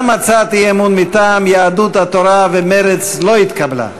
גם הצעת האי-אמון מטעם יהדות התורה ומרצ לא התקבלה.